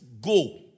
go